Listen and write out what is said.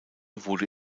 wurde